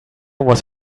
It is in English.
was